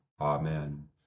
Amen